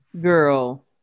Girl